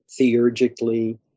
theurgically